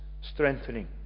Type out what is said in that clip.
strengthening